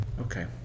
Okay